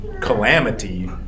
calamity